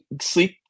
sleep